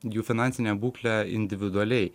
jų finansinę būklę individualiai